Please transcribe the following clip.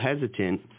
hesitant